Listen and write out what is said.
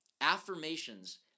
Affirmations